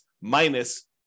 minus